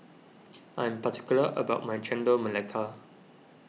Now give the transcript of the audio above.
I am particular about my Chendol Melaka